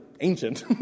ancient